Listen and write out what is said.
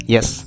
Yes